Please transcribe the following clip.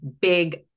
big